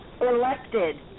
elected